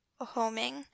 homing